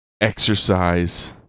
exercise